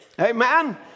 Amen